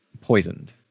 poisoned